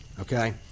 Okay